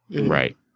Right